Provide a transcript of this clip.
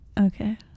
Okay